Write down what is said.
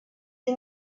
the